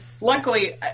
luckily